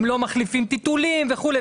הם לא מחליפים טיטולים וכו'.